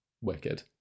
wicked